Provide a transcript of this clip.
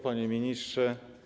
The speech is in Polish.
Panie Ministrze!